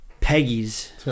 Peggy's